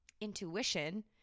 intuition